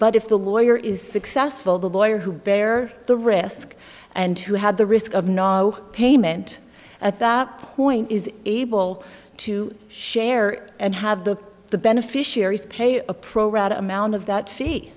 but if the lawyer is successful the lawyer who bear the risk and who had the risk of no payment at that point is able to share and have the the beneficiaries pay a pro rata amount of that fee